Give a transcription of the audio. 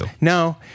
No